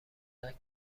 اردک